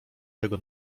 tego